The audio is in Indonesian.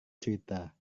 cerita